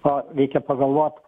o reikia pagalvot